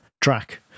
track